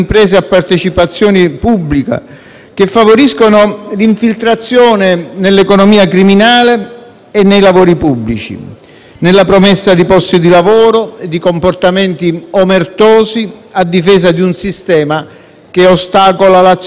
che favoriscano l'infiltrazione criminale nell'economia e nei lavori pubblici, nella promessa di posti di lavoro e di comportamenti omertosi a difesa di un sistema che ostacola l'azione delle Forze di polizia sul territorio,